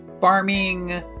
farming